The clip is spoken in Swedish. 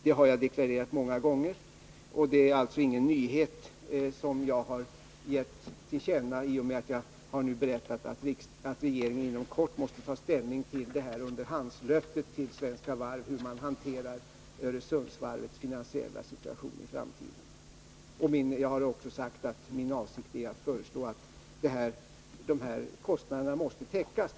Det har jag deklarerat många gånger, och det är alltså ingen nyhet som jag har givit till känna i och med att jag nu har berättat att regeringen inom kort måste ta ställning till underhandslöftet till Svenska Varv om hur Öresundsvarvets finansiella situation skall hanteras i framtiden. Jag har också sagt att min avsikt är att föreslå att de här kostnaderna skall täckas.